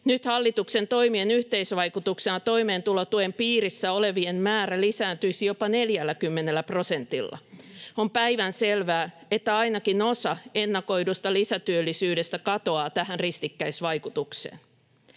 Nyt hallituksen toimien yhteisvaikutuksena toimeentulotuen piirissä olevien määrä lisääntyisi jopa 40 prosentilla. On päivänselvää, että ainakin osa ennakoidusta lisätyöllisyydestä katoaa tähän ristikkäisvaikutukseen.